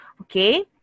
Okay